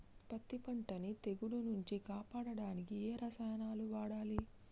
పత్తి పంటని తెగుల నుంచి కాపాడడానికి ఏ రసాయనాలను వాడాలి?